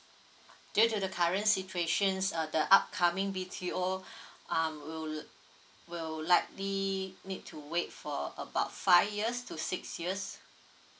due to the current situations uh the upcoming B_T_O um will will likely need to wait for about five years to six years